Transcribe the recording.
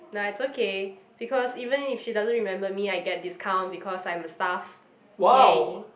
nah it's okay because even if she doesn't remember me I get discount because I am a staff yay